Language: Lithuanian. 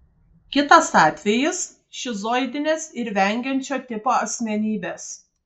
kitas atvejis šizoidinės ar vengiančio tipo asmenybės